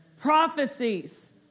prophecies